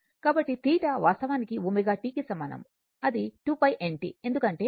కాబట్టి θ వాస్తవానికి ω t కి సమానం అది 2 π n t ఎందుకంటే అది తిరుగుతోంది